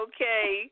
Okay